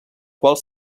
quals